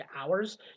hours